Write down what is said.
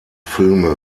filme